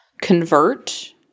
convert